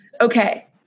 okay